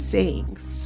Sayings